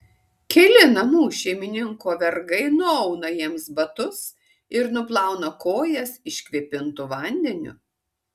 keli namų šeimininko vergai nuauna jiems batus ir nuplauna kojas iškvėpintu vandeniu